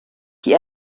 die